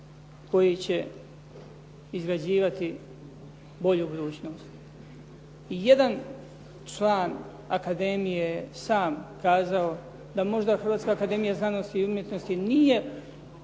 koji će izrađivati bolju budućnost. I jedan član akademije sam je kazao da možda Hrvatska akademija znanosti i umjetnosti nije